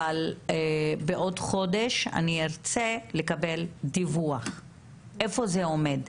אבל בעוד חודש אני ארצה לקבל דיווח איפה זה עומד.